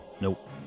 Nope